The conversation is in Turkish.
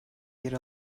yer